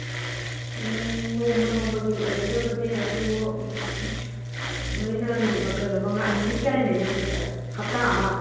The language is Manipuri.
ꯎꯝ ꯅꯣꯡꯃ ꯅꯣꯡꯃꯒꯤ ꯑꯣꯏꯒꯗꯕꯅꯦ ꯑꯗꯨ ꯎꯝ ꯅꯣꯏꯅ ꯅꯨꯃꯤꯠ ꯀꯩꯅꯣ ꯅꯨꯃꯤꯠ ꯀꯌꯥꯅꯤ ꯂꯩꯅꯦꯕ ꯅꯣꯏꯁꯦ ꯍꯞꯇꯥ ꯑꯃ